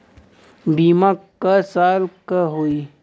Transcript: बीमा क साल क होई?